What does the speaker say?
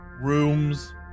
rooms